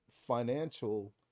financial